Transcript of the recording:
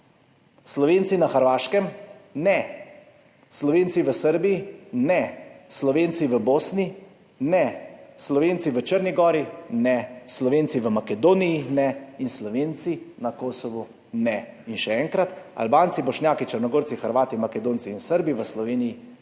Slovenci na Hrvaškem – ne, Slovenci v Srbiji – ne, Slovenci v Bosni – ne, Slovenci v Črni gori – ne, Slovenci v Makedoniji – ne in Slovenci na Kosovu – ne. Še enkrat, Albanci, Bošnjaki, Črnogorci, Hrvati, Makedonci in Srbi v Sloveniji